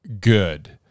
good